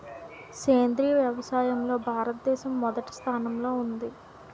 సేంద్రీయ వ్యవసాయంలో భారతదేశం మొదటి స్థానంలో ఉంది